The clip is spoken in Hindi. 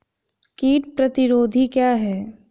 कीट प्रतिरोधी क्या है?